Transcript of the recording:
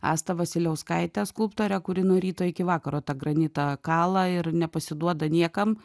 astą vasiliauskaitę skulptorę kuri nuo ryto iki vakaro tą granitą kala ir nepasiduoda niekam